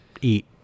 eat